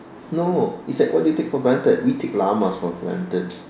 no it's like what do you take for granted we take llamas for granted